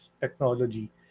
technology